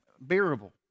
bearable